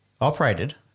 operated